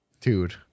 Dude